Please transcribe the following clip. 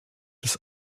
des